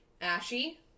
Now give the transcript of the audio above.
Ashy